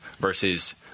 versus